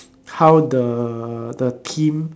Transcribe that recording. how the the team